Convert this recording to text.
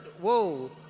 Whoa